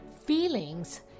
feelings